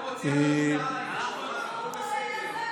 הוא אמר שהוא יעשה, אתה יכול להמשיך לדבר.